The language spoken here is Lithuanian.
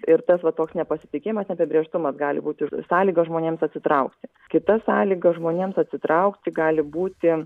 ir tas va toks nepasitikėjimas neapibrėžtumas gali būt ir sąlyga žmonėms atsitraukti kita sąlyga žmonėms atsitraukti gali būti